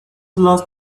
lost